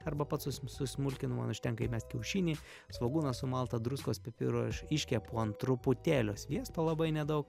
arba pats susmulkinu man užtenka įmest kiaušinį svogūną sumaltą druskos pipirų aš iškepu ant truputėlio sviesto labai nedaug